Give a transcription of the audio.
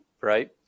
right